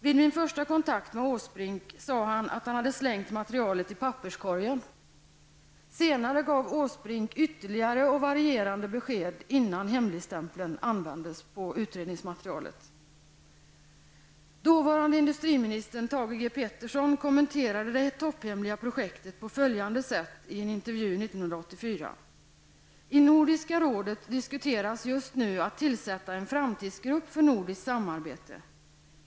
Vid min första kontakt med Erik Åsbrink sade han att han hade slängt materialet i papperskorgen. Senare gav Erik Åsbrink ytterligare och varierande besked innan hemligstämpeln användes på utredningsmaterialet. Dåvarande industriministern Thage G Peterson kommenterade det topphemliga projektet på följande sätt i en intervju 1984: I Nordiska rådet diskuteras just nu att tillsätta en framtidgrupp för nordiskt samarbete.